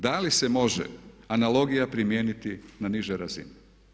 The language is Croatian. Da li se može analogija primijeniti na nižoj razini?